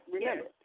remember